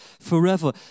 forever